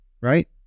right